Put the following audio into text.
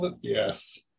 yes